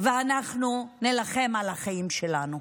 ואנחנו נילחם על החיים שלנו.